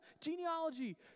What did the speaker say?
genealogy